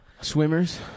Swimmers